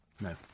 No